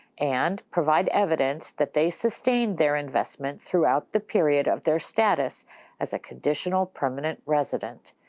and provide evidence that they sustained their investment throughout the period of their status as a conditional permanent resident.